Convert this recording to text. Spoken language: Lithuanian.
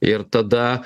ir tada